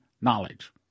knowledge